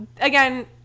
again